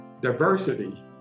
diversity